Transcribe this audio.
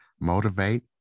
motivate